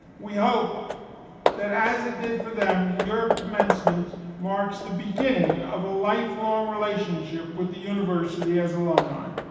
we hope that, as it did for them, your commencement marks the beginning of a lifelong relationship with the university as alumni,